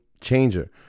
changer